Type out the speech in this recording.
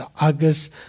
August